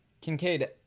Kincaid